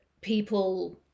people